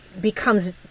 becomes